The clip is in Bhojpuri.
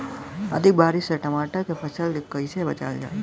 अधिक बारिश से टमाटर के फसल के कइसे बचावल जाई?